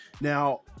now